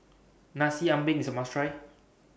Nasi Ambeng IS A must Try